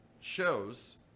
shows